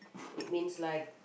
it means like